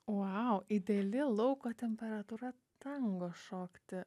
vau ideali lauko temperatūra tango šokti